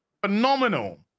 phenomenal